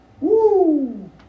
Woo